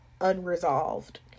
unresolved